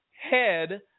head